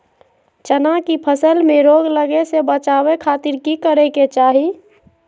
चना की फसल में रोग लगे से बचावे खातिर की करे के चाही?